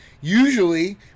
Usually